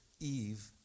Eve